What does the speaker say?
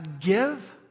give